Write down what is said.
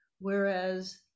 Whereas